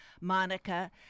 Monica